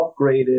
upgraded